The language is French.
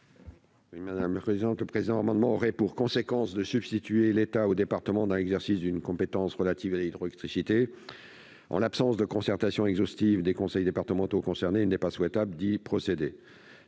des affaires économiques ? Le présent amendement aurait pour conséquence de substituer l'État au département dans l'exercice d'une compétence relative à l'hydroélectricité. En l'absence de concertation exhaustive des conseils départementaux concernés, il n'est pas souhaitable d'y procéder.